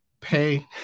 pay